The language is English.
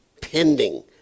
pending